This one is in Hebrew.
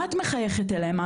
מה את מחייכת אליהם,